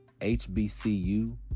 HBCU